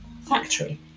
Factory